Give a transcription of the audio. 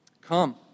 Come